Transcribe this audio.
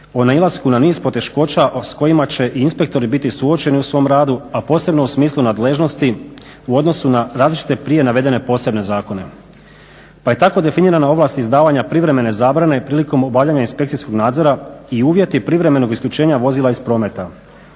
o nailasku na niz poteškoća s kojima će i inspektori biti suočeni u svom radu a posebno u smislu nadležnosti u odnosu na različite prije navedene posebne zakona. Pa je tako definirana ovlasti izdavanja privremene zabrane i prilikom obavljanja inspekcijskog nadzora i uvjeti privremenog isključenja vozila iz prometa.